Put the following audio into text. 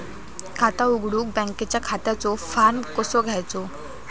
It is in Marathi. खाता उघडुक बँकेच्या खात्याचो फार्म कसो घ्यायचो?